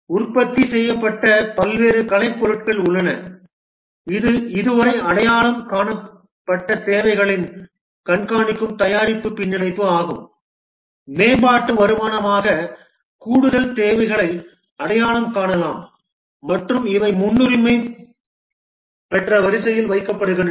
உற்பத்தி செய்யப்பட்ட பல்வேறு கலைப்பொருட்கள் உள்ளன இது இதுவரை அடையாளம் காணப்பட்ட தேவைகளை கண்காணிக்கும் தயாரிப்பு பின்னிணைப்பு ஆகும் மேம்பாட்டு வருமானமாக கூடுதல் தேவைகளை அடையாளம் காணலாம் மற்றும் இவை முன்னுரிமை பெற்ற வரிசையில் வைக்கப்படுகின்றன